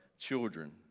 Children